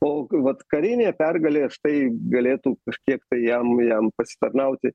o vat karinė pergalė štai galėtų kažkiek tai jam jam pasitarnauti